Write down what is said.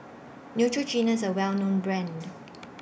Neutrogena IS A Well known Brand